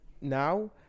now